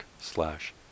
slash